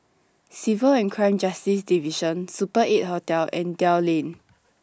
Civil and Crime Justice Division Super eight Hotel and Dell Lane